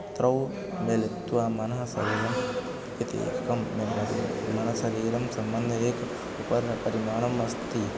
द्वौ मिलित्वा मनः शरीरम् इति एकं मिलितं मनश्शरीरं सम्बन्धे एकम् उपरि न परिमाणम् अस्ति